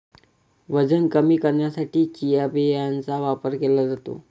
वजन कमी करण्यासाठी चिया बियांचा वापर केला जातो